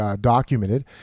documented